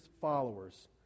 followers